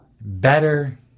better